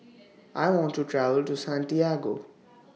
I want to travel to Santiago